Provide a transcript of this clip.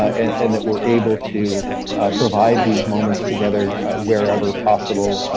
and that we're able to provide these moments together wherever possible,